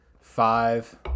five